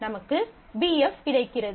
நமக்கு BF கிடைக்கிறது